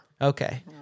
Okay